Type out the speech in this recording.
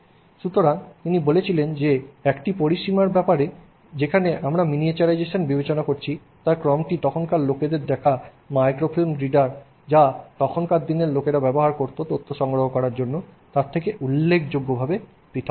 সুতরাং তিনি বলেছিলেন যে একটি পরিসীমার ব্যাপারে যেখানে আমরা মিনিয়েচারাইজেশন বিবেচনা করছি তার ক্রমটি তখনকার লোকেদের দেখা মাইক্রোফিল্ম রিডারের যা তখনকার দিনের লোকেরা ব্যবহার করত তথ্য সংগ্রহ করার জন্য তার থেকে উল্লেখযোগ্যভাবে পৃথক